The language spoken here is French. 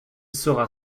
sera